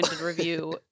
review